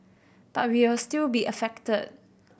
but we'll still be affected